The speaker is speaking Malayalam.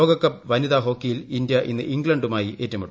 ലോകകപ്പ് വനിതാഹോക്കിയിൽ ഇന്ത്യ ഇന്ന് ഇംഗ്ലണ്ടുമായി ഏറ്റുമുട്ടും